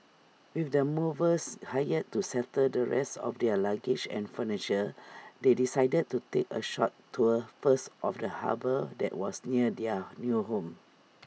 with the movers hired to settle the rest of their luggage and furniture they decided to take A short tour first of the harbour that was near their new home